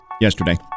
yesterday